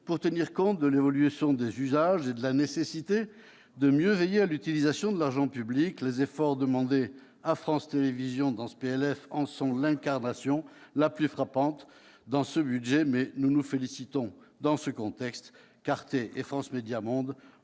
pour tenir compte de l'évolution des usages et de la nécessité de mieux veiller à l'utilisation de l'argent public. Les efforts demandés à France Télévisions en sont l'incarnation la plus frappante dans ce budget, mais nous nous félicitons, dans ce contexte, qu'ARTE et France Médias Monde